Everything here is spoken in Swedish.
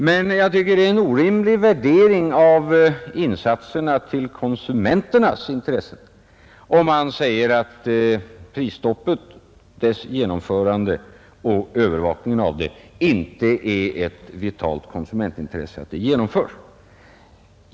Men jag tycker det är en orimlig värdering av insatserna för konsumenternas intressen om man säger att det inte är ett vitalt konsumentintresse att prisstoppet genomförs och övervakas.